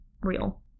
real